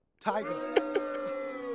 Tiger